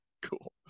cool